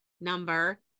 number